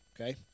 Okay